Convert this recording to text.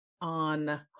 on